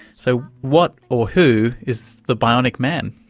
so what or who is the bionic man?